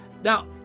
Now